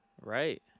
Right